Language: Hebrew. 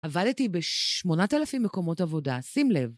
עבדתי ב-8,000 מקומות עבודה. שים לב.